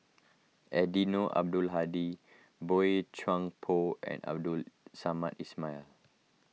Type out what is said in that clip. Eddino Abdul Hadi Boey Chuan Poh and Abdul Samad Ismail